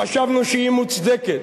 חשבנו שהיא מוצדקת,